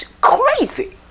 crazy